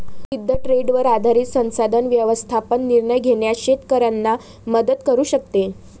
सिद्ध ट्रेंडवर आधारित संसाधन व्यवस्थापन निर्णय घेण्यास शेतकऱ्यांना मदत करू शकते